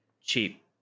Cheap